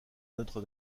notre